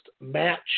match